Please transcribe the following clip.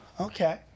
Okay